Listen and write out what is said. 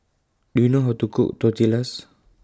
Do YOU know How to Cook Tortillas